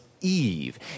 Eve